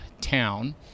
town